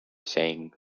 saying